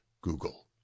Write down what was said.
Google